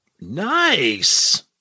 nice